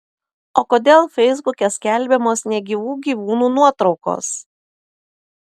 o kodėl feisbuke skelbiamos negyvų gyvūnų nuotraukos